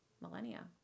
millennia